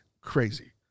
crazy